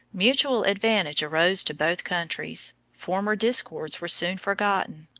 mutual advantage arose to both countries, former discords were soon forgotten,